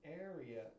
area